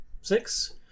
Six